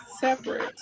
separate